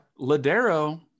ladero